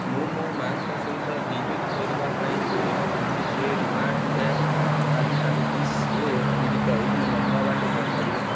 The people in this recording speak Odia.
ମୁଁ ମୋ ମା'ଙ୍କ ସହିତ ଡିଜିଟ୍ କରିବା ପାଇଁ ଯୋଜନା କରୁଛି ସେ ରିମାଟଏଡ଼୍ ଆର୍ଥ୍ରାଇଟିସରେ ପୀଡ଼ିତ ଏବଂ ଲମ୍ବା ବାଟ ଚାଲିପାରିବେ ନାହିଁ